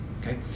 okay